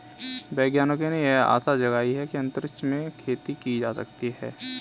वैज्ञानिकों ने यह आशा जगाई है कि अंतरिक्ष में भी खेती की जा सकेगी